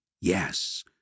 Yes